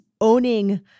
owning